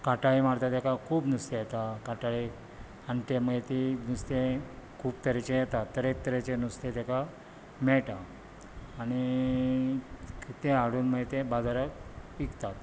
काटाळी मारता तेका खूब नुस्तें येता काटाळेक आनी ते मागीर ती नुस्तें खूब तरेचे येता तरे तरेचे नुस्तें ताका मेळटा आनी ते हाडून मागीर ते बाजाराक विकतात